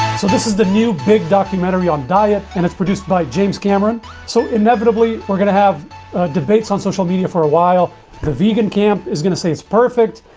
so this is the new big documentary on diet and it's produced by james cameron so inevitably we're gonna have debates on social media for a while the vegan camp is gonna say it's perfect.